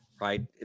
Right